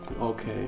Okay